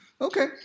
Okay